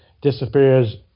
disappears